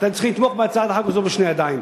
אתם צריכים לתמוך בהצעת החוק הזאת בשתי ידיים,